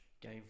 game